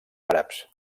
àrabs